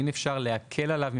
אפשר להקל עליו,